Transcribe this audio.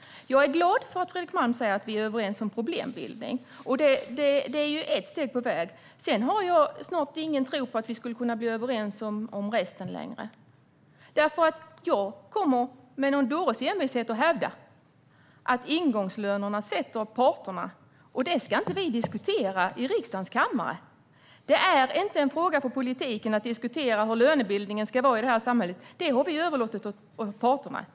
Jag är glad för att Fredrik Malm säger att vi är överens om problembilden - det är ju ett steg på vägen. Dock har jag snart ingen tro kvar på att vi skulle kunna bli överens om resten, för jag kommer med en dåres envishet att hävda att det är parterna som ska sätta ingångslönerna. Detta ska vi inte diskutera i riksdagens kammare. Det är inte en fråga för politiken att diskutera hur lönebildningen i samhället ska se ut - det har vi överlåtit åt parterna.